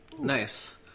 Nice